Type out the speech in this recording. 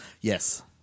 Yes